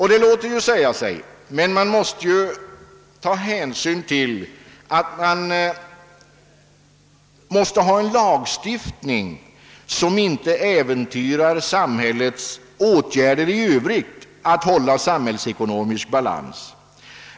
Detta låter ju säga sig, men man måste ta hänsyn till att lagstiftningen inte får äventyra samhällets åtgärder i övrigt för att bevara samhällsekonomisk balans.